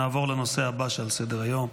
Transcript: נעבור לנושא הבא שעל סדר-היום,